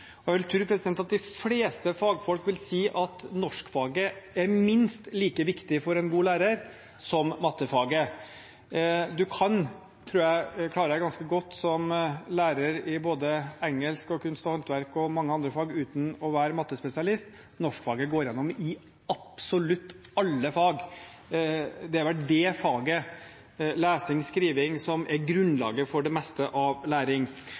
Og jeg vil tro at de fleste fagfolk vil si at norskfaget er minst like viktig for en god lærer som matematikkfaget. Man kan, tror jeg, klare seg ganske godt som lærer i engelsk, kunst og håndverk og mange andre fag uten å være mattespesialist, men norskfaget går igjen i absolutt alle fag. Det er vel det faget, med lesing og skriving, som er grunnlaget for det meste av læring.